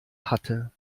hatte